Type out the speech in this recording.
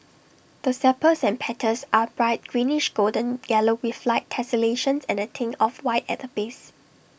the sepals and petals are bright greenish golden yellow with light tessellations and A tinge of white at the base